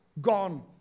Gone